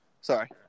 Sorry